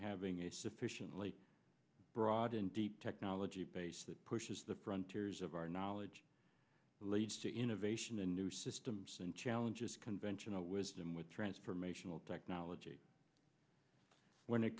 having a sufficiently broad and deep technology base that pushes the printers of our knowledge leads to innovation and new systems and challenges conventional wisdom with transformational technology when it